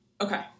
okay